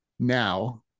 Now